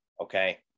okay